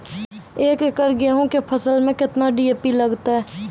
एक एकरऽ गेहूँ के फसल मे केतना डी.ए.पी लगतै?